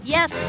Yes